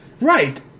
Right